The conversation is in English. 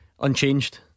unchanged